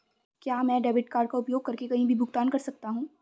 क्या मैं debit card का उपयोग करके कहीं भी भुगतान कर सकता हूं?